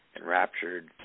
enraptured